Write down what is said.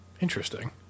Interesting